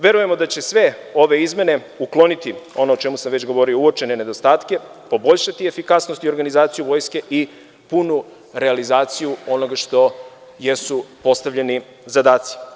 Verujemo da će sve ove izmene ukloniti ono o čemu sam već govorio, uočene nedostatke, poboljšati efikasnost i organizaciju vojske i punu realizaciju onoga što jesu postavljeni zadaci.